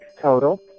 total